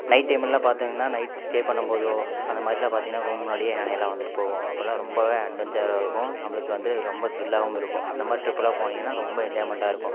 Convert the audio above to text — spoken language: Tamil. நைட் டைம் எல்லாம் பார்த்தீங்கன்னா நைட் ஸ்டே பண்ணும்போதோ அந்த மாதிரிலாம் பார்த்தீங்கன்னா ரூம் முன்னாடியே யானையெல்லாம் வந்துட்டு போகும் அப்பெல்லாம் ரொம்பவே அட்வென்ச்சராக இருக்கும் நம்மளுக்கு வந்து ரொம்ப திரில்லாகவும் இருக்கும் அந்த மாதிரி டிரிப்பெல்லாம் போனீங்கன்னால் ரொம்ப என்ஜாய்மெண்ட்டாக இருக்கும்